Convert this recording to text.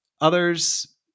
Others